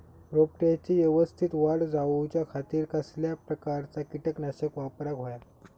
रोपट्याची यवस्तित वाढ जाऊच्या खातीर कसल्या प्रकारचा किटकनाशक वापराक होया?